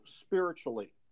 spiritually